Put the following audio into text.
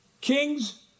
Kings